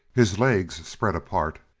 his legs spread apart,